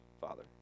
Father